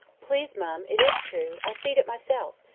please, mum, it is true. i seed it myself,